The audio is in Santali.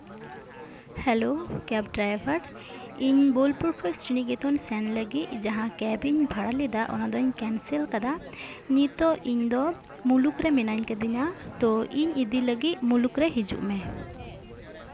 ᱦᱮᱞᱳ ᱠᱮᱯ ᱰᱨᱟᱭᱵᱷᱟᱨ ᱤᱧ ᱵᱳᱞᱯᱩᱨ ᱠᱷᱚᱱ ᱥᱨᱤᱱᱛᱤᱱᱤᱠᱮᱛᱚᱱ ᱥᱮᱱ ᱞᱟᱹᱜᱤᱫ ᱡᱟᱦᱟᱸ ᱠᱮᱵ ᱤᱧ ᱵᱷᱟᱲᱟ ᱞᱮᱫᱟ ᱚᱱᱟ ᱫᱩᱧ ᱠᱮᱱᱥᱮᱞ ᱟᱠᱟᱫᱟ ᱱᱤᱛᱚᱜ ᱤᱧ ᱫᱚ ᱢᱩᱞᱩᱠ ᱨᱮ ᱢᱤᱱᱟᱹᱧ ᱟᱠᱟᱫᱤᱧᱟ ᱛᱚ ᱤᱧ ᱤᱫᱤ ᱞᱟᱹᱜᱤᱫ ᱢᱩᱞᱩᱠ ᱨᱮ ᱦᱤᱡᱩᱜ ᱢᱮ